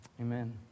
Amen